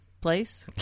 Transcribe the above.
place